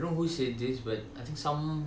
I don't know who said this but I think some